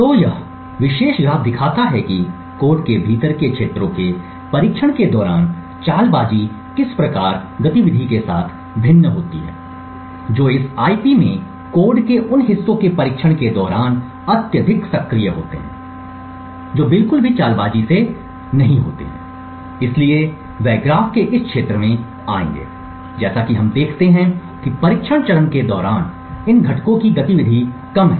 तो यह विशेष ग्राफ दिखाता है कि कोड के भीतर के क्षेत्रों के परीक्षण के दौरान चालबाज़ी किस प्रकार गतिविधि के साथ भिन्न होता है जो इस आईपी में कोड के उन हिस्सों के परीक्षण के दौरान अत्यधिक सक्रिय होते हैं जो बिल्कुल भी चालबाज़ी से नहीं होते हैं इसलिए वे ग्राफ़ के इस क्षेत्र में आएंगे जैसा कि हम देखते हैं कि परीक्षण चरण के दौरान इन घटकों की गतिविधि कम है